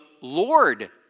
Lord